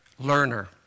Learner